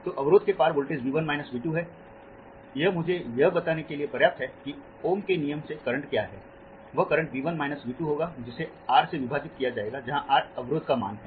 तो अवरोध के पार वोल्टेज V 1 माइनस V 2 है यह मुझे यह बताने के लिए पर्याप्त है कि ओम के नियम से करंट क्या है वह करंट V 1 माइनस V 2 होगा जिसे R से विभाजित किया जाएगा जहां R अवरोध का मान है